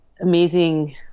amazing